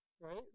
right